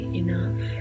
enough